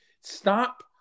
Stop